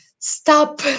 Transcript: stop